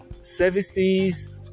services